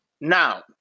Now